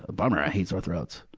ah bummer! i hate sore throats.